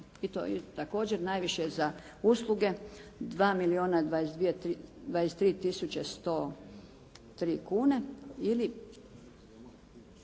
i to je također najviše za usluge 2 milijuna 23 tisuće 103 kune ili